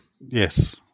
Yes